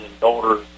daughter